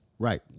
Right